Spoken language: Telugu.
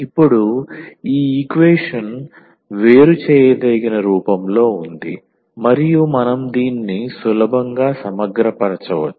ఇప్పుడు ఈ ఈక్వేషన్ వేరు చేయదగిన రూపంలో ఉంది మరియు మనం దీన్ని సులభంగా సమగ్రపరచవచ్చు